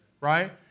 right